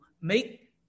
make